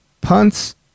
punts